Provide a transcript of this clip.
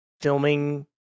filming